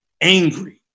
angry